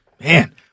Man